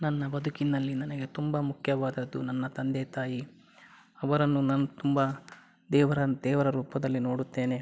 ನನ್ನ ಬದುಕಿನಲ್ಲಿ ನನಗೆ ತುಂಬ ಮುಖ್ಯವಾದದ್ದು ನನ್ನ ತಂದೆ ತಾಯಿ ಅವರನ್ನು ನಾನು ತುಂಬ ದೇವರ ದೇವರ ರೂಪದಲ್ಲಿ ನೋಡುತ್ತೇನೆ